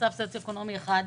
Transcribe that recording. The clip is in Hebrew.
מצב סוציו-אקונומי 1,